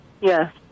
Yes